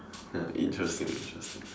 ya interesting interesting